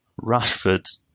Rashford